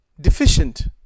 deficient